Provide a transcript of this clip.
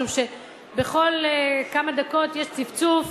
משום שבכל כמה דקות יש צפצוף.